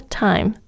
time